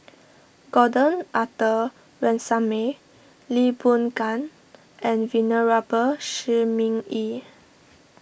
Gordon Arthur Ransome Lee Boon Ngan and Venerable Shi Ming Yi